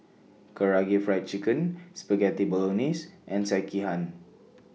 Karaage Fried Chicken Spaghetti Bolognese and Sekihan